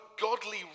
godly